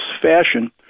fashion